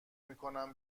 میکنن